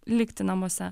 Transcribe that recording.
likti namuose